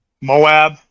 Moab